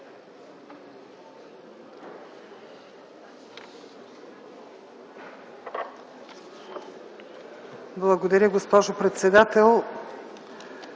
Благодаря, госпожо председател.